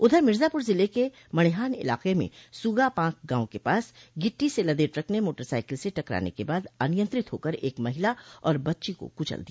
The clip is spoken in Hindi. उधर मिर्जापुर जिले के मड़िहान इलाके में सूगापांख गांव के पास गिट्टी से लदे ट्रक ने मोटरसाइकिल से टकराने के बाद अनियंत्रित होकर एक महिला और बच्ची को कुचल दिया